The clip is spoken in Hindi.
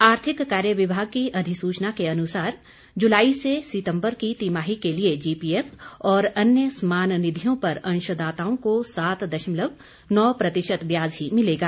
आर्थिक कार्य विभाग की अधिसूचना के अनसार जुलाई से सितम्बर की तिमाही के लिए जीपीएफ और अन्य समान निधियों पर अंशदाताओं को सात दशमलव नौ प्रतिशत ब्याज ही मिलेगा